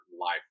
life